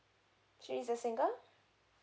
she's a single